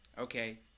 Okay